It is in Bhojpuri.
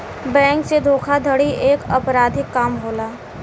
बैंक से धोखाधड़ी एक अपराधिक काम होला